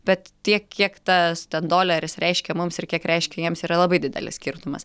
bet tiek kiek tas doleris reiškia mums ir kiek reiškia jiems yra labai didelis skirtumas